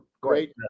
Great